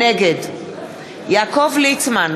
נגד יעקב ליצמן,